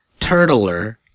Turtler